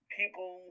people